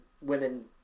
women